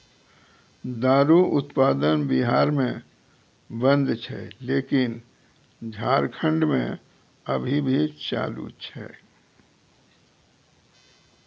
दारु उत्पादन बिहार मे बन्द छै लेकिन झारखंड मे अभी भी चालू छै